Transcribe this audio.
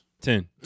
Ten